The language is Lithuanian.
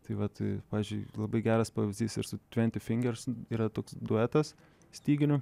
tai vat pavyzdžiui labai geras pavyzdys ir su tranty fingers yra toks duetas styginių